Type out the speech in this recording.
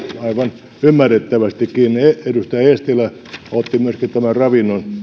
aivan ymmärrettävästikin myöskin edustaja eestilä otti ravinnon